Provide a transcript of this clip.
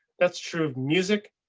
that's true of music.